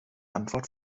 antwort